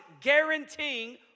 guaranteeing